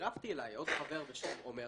וצירפתי אליי עוד חבר בשם עומר